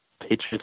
Patriots